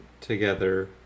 together